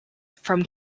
from